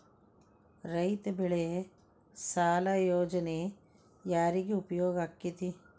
ರೈತ ಬೆಳೆ ಸಾಲ ಯೋಜನೆ ಯಾರಿಗೆ ಉಪಯೋಗ ಆಕ್ಕೆತಿ?